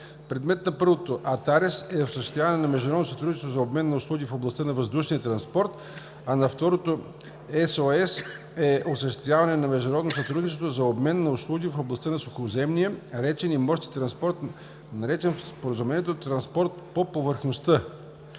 Предмет на първото – ATARES, е осъществяване на международно сътрудничество за обмен на услуги в областта на въздушния транспорт, а второто – SEOS, е осъществяване на международно сътрудничество за обмен на услуги в областта на сухоземния, речен и морски транспорт, наречен в Споразумението „транспорт по повърхността“.